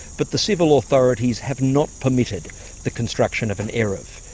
but the civil authorities have not permitted the construction of an eruv.